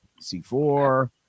C4